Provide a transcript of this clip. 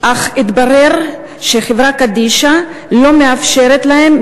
אך התברר שחברה קדישא לא מאפשרת להם,